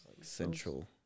Central